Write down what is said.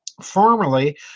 formerly